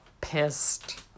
pissed